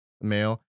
male